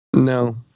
no